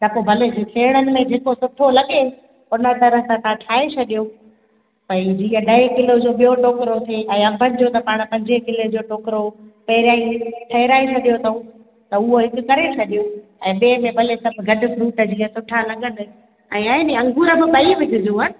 त पोइ भले सेणनि में जेको सुठो लॻे उन तरह सां तव्हां ठाहे छॾियो भई जीअं ॾह किलो जो ॿियों टोकिरो थे ऐं अंबनि जो त पाणे पंजे किले जो टोकिरो पहिरियां ई ठहिराइ छॾियो अथऊं त उहो हिकु करे छॾियो ऐं ॿिए में भले सभु गॾु फ्रूट जीअं सुठा लॻनि ऐं ईअं अंगूर बि ॿई विझोव